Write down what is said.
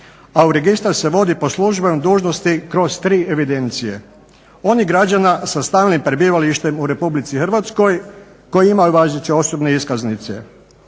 a u registar se vodi po službenoj dužnosti kroz tri evidencije – onih građana sa stalnim prebivalištem u RH koji ima važeće osobne iskaznice.